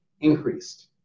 increased